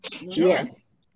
Yes